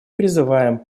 призываем